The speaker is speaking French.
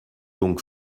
donc